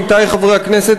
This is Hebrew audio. עמיתי חברי הכנסת,